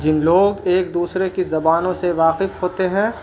جن لوگ ایک دوسرے کی زبانوں سے واقف ہوتے ہیں